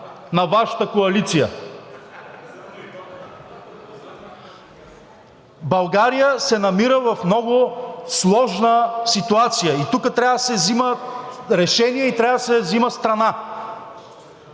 България се намира в много сложна ситуация. Тука трябва да се взима решение и трябва да се взима страна.